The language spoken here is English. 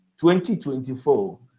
2024